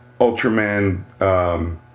Ultraman